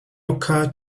occur